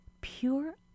pure